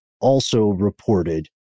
also-reported